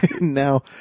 Now